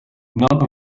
none